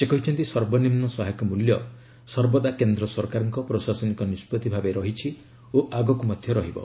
ସେ କହିଛନ୍ତି ସର୍ବନିମ୍ନ ସହାୟକ ମୂଲ୍ୟ ସର୍ବଦା କେନ୍ଦ୍ର ସରକାରଙ୍କ ପ୍ରଶାସନିକ ନିଷ୍ପଭି ଭାବେ ରହିଛି ଓ ଆଗକୁ ମଧ୍ୟ ରହିବ